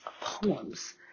poems